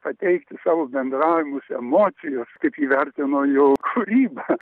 pateikti savo bendravimus emocijos kaip ji vertino jo kūrybą